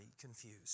confused